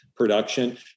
production